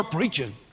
preaching